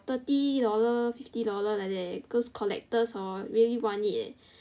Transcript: thirty dollar fifty dollar like that eh those collectors hor really want it eh